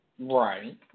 Right